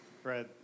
Fred